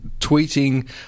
tweeting